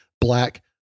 Black